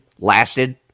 lasted